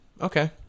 okay